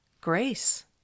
grace